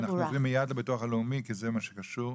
אנחנו עוברים מיד לביטוח הלאומי, כי זה קשור.